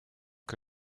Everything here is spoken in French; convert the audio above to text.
que